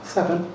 Seven